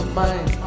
mind